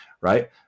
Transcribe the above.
right